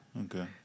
okay